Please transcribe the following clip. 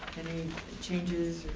any changes,